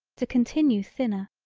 to continue thinner,